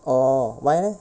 orh why leh